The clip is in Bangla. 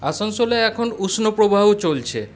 আসানসোলে এখানে উষ্ণ প্রবাহ চলছে